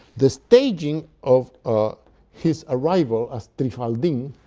the staging of ah his arrival as trifaldin